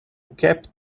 kept